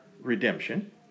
redemption